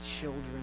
children